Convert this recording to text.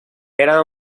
eran